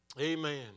Amen